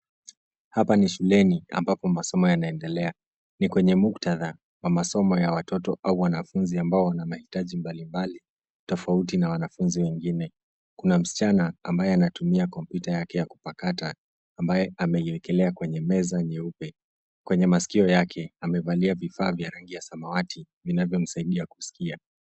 Hapa ni shuleni ambapo masomo yanaendelea. Ni kwenye muktadha wa masomo ya watoto au wanafunzi ambao wana mahitaji mbali mbali, tofauti na wanafunzi wengine. Kuna msichana ambaye anatumia kompyuta yake ya kupakata, ambaye ameiekelea kwenye meza nyeupe. Kwenye masikio yake amevalia vifaa vya rangi ya samawati, vinavymsaidia kusikia.